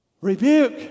rebuke